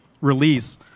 release